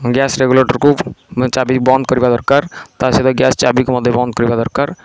gas ରେଗୁଲେଟର୍କୁ ମାନେ ଚାବି ବନ୍ଦ କରିବା ଦରକାର ତା ସହିତ ଗ୍ୟାସ୍ ଚାବିକୁ ମଧ୍ୟ ବନ୍ଦ କରିବା ଦରକାର